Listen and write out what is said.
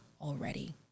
already